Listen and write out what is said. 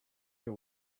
your